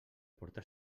porta